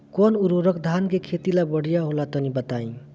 कौन उर्वरक धान के खेती ला बढ़िया होला तनी बताई?